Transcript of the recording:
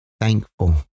thankful